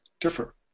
differ